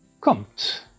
kommt